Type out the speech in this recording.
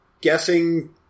guessing